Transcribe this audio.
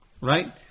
Right